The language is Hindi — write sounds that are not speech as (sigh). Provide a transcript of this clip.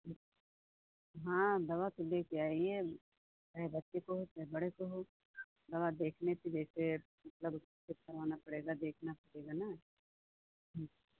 हाँ दवा तो लेकर् आइये चाहे बच्चे को हो चाहे बड़े को हो दवा देखने से जैसे मतलब कुछ (unintelligible) देखना पड़ेगा ना